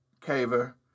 caver